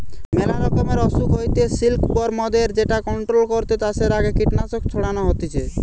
মেলা রকমের অসুখ হইতে সিল্কবরমদের যেটা কন্ট্রোল করতে চাষের আগে কীটনাশক ছড়ানো হতিছে